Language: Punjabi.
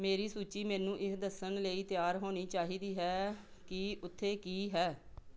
ਮੇਰੀ ਸੂਚੀ ਮੈਨੂੰ ਇਹ ਦੱਸਣ ਲਈ ਤਿਆਰ ਹੋਣੀ ਚਾਹੀਦੀ ਹੈ ਕਿ ਉੱਥੇ ਕੀ ਹੈ